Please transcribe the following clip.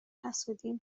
حسودیم